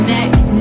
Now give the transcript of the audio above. Next